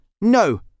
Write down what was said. No